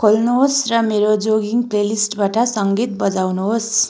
खोल्नुहोस् र मेरो जगिङ प्लेलिस्टबाट सङ्गीत बजाउनुहोस्